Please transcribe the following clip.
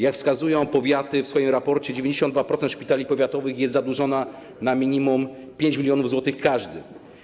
Jak wskazują powiaty w swoim raporcie, 92% szpitali powiatowych jest zadłużonych na minimum 5 mln zł każdy.